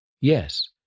Yes